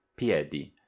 piedi